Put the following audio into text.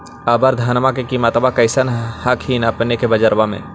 अबर धानमा के किमत्बा कैसन हखिन अपने के बजरबा में?